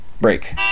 break